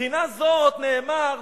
מבחינה זאת נאמר,